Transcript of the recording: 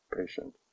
patient